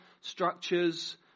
structures